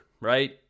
right